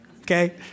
okay